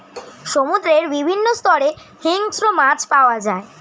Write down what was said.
সমুদ্রের বিভিন্ন স্তরে হিংস্র মাছ পাওয়া যায়